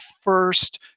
first